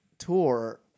Tour